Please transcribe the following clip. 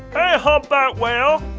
humpback whale!